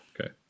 okay